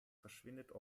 verschwindet